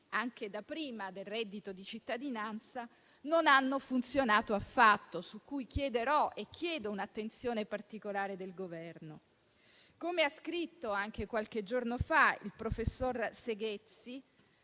anche da prima del reddito di cittadinanza, non hanno funzionato affatto e su questo chiederò e chiedo un'attenzione particolare del Governo. Come ha scritto qualche giorno fa il professor Seghezzi,